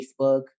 Facebook